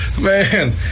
Man